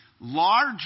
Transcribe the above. large